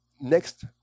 next